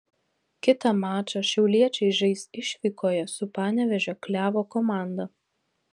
kitą mačą šiauliečiai žais išvykoje su panevėžio klevo komanda